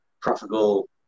profitable